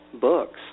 books